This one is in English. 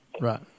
Right